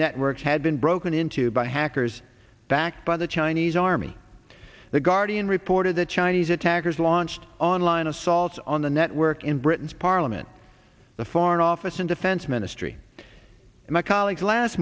networks had been broken into by hackers backed by the chinese army the guardian reported the chinese attackers launched online assaults on the network in britain's parliament the foreign office and defense ministry and my colleague last